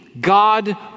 God